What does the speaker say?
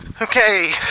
Okay